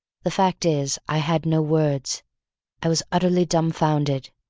the fact is i had no words i was utterly dumbfounded.